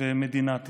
במדינת ישראל,